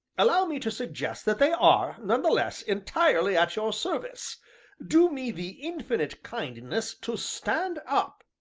allow me to suggest that they are, none the less, entirely at your service do me the infinite kindness to stand up.